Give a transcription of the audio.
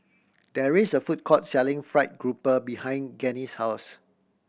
there is a food court selling fried grouper behind Gennie's house